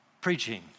preaching